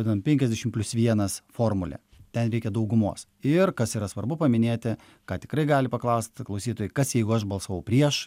vadinam penkiasdešimt plius vienas formulę ten reikia daugumos ir kas yra svarbu paminėti ką tikrai gali paklaust klausytojai kas jeigu aš balsavau prieš